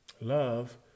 love